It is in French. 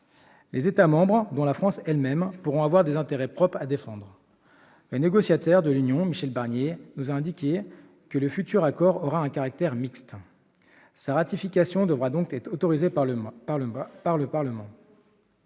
Les États membres, dont la France elle-même, pourront avoir des intérêts propres à défendre. Le négociateur de l'Union, Michel Barnier, nous a indiqué que le futur accord aura un caractère mixte. Sa ratification devra donc être autorisée par le Parlement.